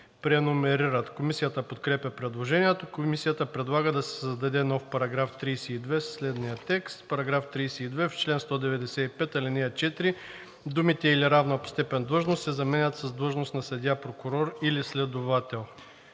преномерират. Комисията подкрепя предложението. Комисията предлага да се създаде нов § 32 със следния текст: „§ 32. В чл. 195, ал. 4 думите „или равна по степен длъжност“ се заменят с „длъжност на съдия, прокурор или следовател“.